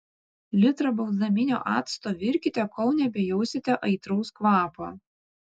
litrą balzaminio acto virkite kol nebejausite aitraus kvapo